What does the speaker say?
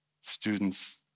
students